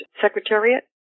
secretariat